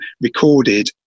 recorded